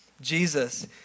Jesus